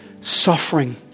suffering